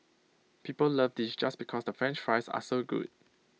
people love this just because the French fries are so good